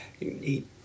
eat